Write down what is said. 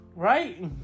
Right